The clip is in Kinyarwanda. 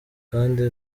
kandi